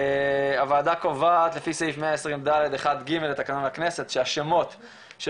הוועדה קובעת לפי סעיף 120 ד' 1 ג' לתקנון הכנסת שהשמות של